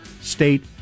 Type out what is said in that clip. State